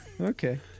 Okay